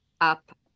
up